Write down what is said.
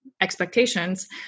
expectations